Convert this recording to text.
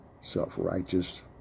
self-righteous